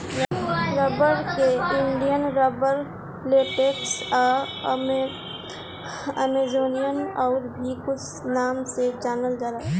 rubber के Indian rubber, latex आ Amazonian आउर भी कुछ नाम से जानल जाला